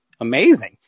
amazing